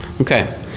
Okay